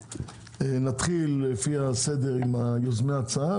נתחיל לפי הסדר עם יוזמי ההצעה,